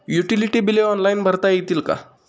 Utility बिले online भरता येतील का?